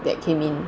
that came in